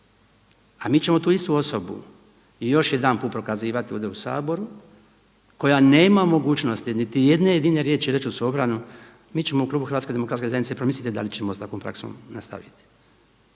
a mi ćemo tu istu osobu i još jedanput prokazivati ovdje u Saboru koja nema mogućnosti niti jedne jedine riječi reći u svoju obranu, mi ćemo u Klubu Hrvatske demokratske zajednice promisliti da li ćemo s takvom praksom nastaviti.